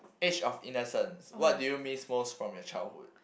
age of innocence what did you miss most from your childhood